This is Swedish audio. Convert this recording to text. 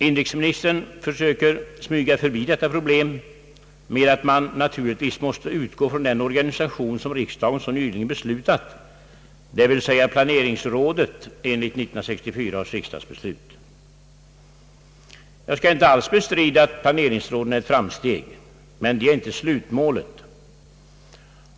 Inrikesministern försöker smyga förbi detta problem med att man naturligtvis måste utgå från den organisation, som riksdagen så nyligen beslutat — d.v.s. planeringsrådet enligt 1964 års riksdagsbeslut. Jag skall inte alls bestrida att planeringsrådens tillkomst är ett framsteg. Men de är inte slutmålet.